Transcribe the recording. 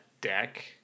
deck